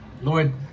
Lord